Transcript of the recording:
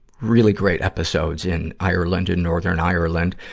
really great episodes in ireland and northern ireland.